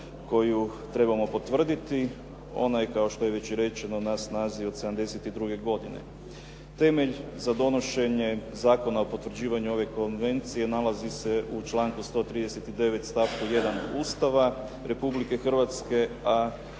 koju trebamo potvrditi, ona je kao što je već i rečeno na snazi od '72. godine. Temelj za donošenje zakona o potvrđivanju ove konvencije nalazi se u članku 139. stavku 1. Ustava Republike Hrvatske